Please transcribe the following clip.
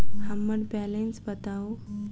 हम्मर बैलेंस बताऊ